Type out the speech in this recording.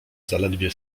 zaledwie